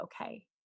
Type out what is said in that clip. okay